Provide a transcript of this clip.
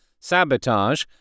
sabotage